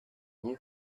knew